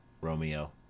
Romeo